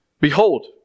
Behold